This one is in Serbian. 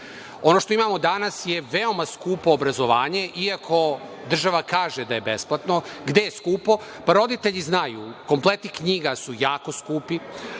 što imamo danas je veoma skupo obrazovanje, iako država kaže da je besplatno. Gde je skupo? Roditelji znaju, kompleti knjiga su jako skupi,